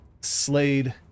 Slade